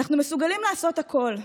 אנחנו מסוגלים לעשות הכול,